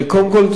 קודם כול,